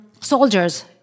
soldiers